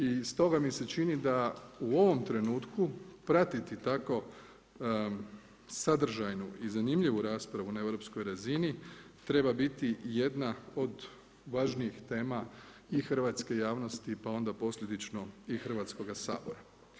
I stoga mi se čini da u ovom trenutku pratiti tako sadržajnu i zanimljivu raspravu na europskoj razini treba biti jedna od važnijih tema i hrvatske javnosti, pa onda posljedično i Hrvatskoga sabora.